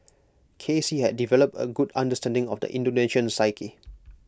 K C had developed A good understanding of the Indonesian psyche